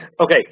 Okay